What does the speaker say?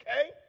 okay